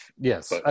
Yes